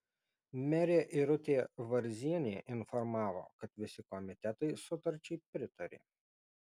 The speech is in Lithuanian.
merė irutė varzienė informavo kad visi komitetai sutarčiai pritarė